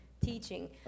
teaching